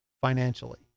financially